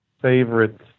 favorite